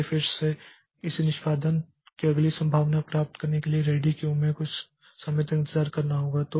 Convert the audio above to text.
इसलिए फिर से इसे निष्पादन की अगली संभावना प्राप्त करने के लिए रेडी क्यू में कुछ समय तक इंतजार करना होगा